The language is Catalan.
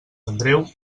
andreu